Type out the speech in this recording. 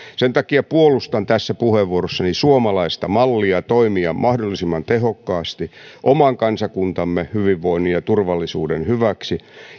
sen takia puolustan tässä puheenvuorossani suomalaista mallia toimia mahdollisimman tehokkaasti oman kansakuntamme hyvinvoinnin ja turvallisuuden hyväksi